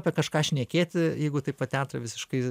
apie kažką šnekėti jeigu taipva teatrą visiškai